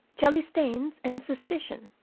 jelly-stains, and suspicion.